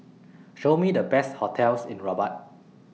Show Me The Best hotels in Rabat